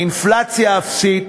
אינפלציה אפסית,